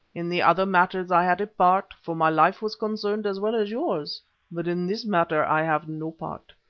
in the other matters i had a part, for my life was concerned as well as yours but in this matter i have no part,